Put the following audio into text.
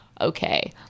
okay